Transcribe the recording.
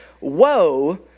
woe